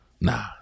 Nah